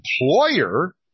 employer